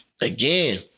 again